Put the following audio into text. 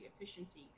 efficiency